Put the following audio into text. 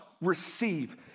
receive